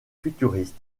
futuriste